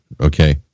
okay